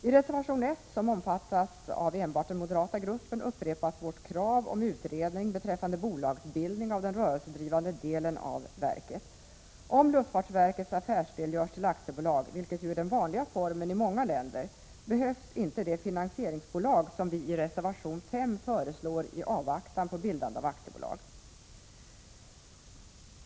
I reservation 1, som omfattas av enbart den moderata gruppen, upprepas vårt krav på utredning beträffande bolagsbildning av den rörelsedrivande delen av verket. Om luftfartsverkets affärsdel görs till aktiebolag, vilket ju är den vanliga formen i många länder, behövs inte det finansieringsbolag som vi i reservation 5 föreslår i avvaktan på bildande av aktiebolag.